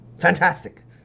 Fantastic